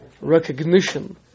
recognition